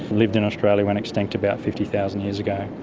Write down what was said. lived in australia, went extinct about fifty thousand years ago.